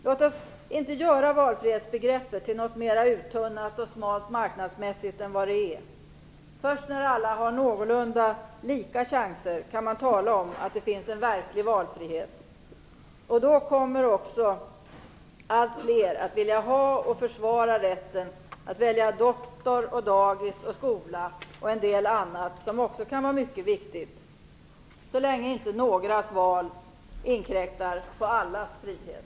Låt oss inte göra valfrihetsbegreppet till något mera uttunnat och smalt marknadsmässigt än vad det är. Först när alla har någorlunda lika chanser kan man tala om att det finns en verklig valfrihet. Då kommer också allt fler att vilja ha och och försvara rätten att välja doktor och dagis och skola och en del annat som också kan vara mycket viktigt, så länge inte någras val inkräktar på allas frihet.